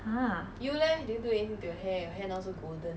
ah